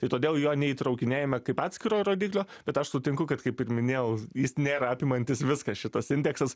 tai todėl jo neįtraukinėjame kaip atskiro rodiklio bet aš sutinku kad kaip ir minėjau jis nėra apimantis viską šitas indeksas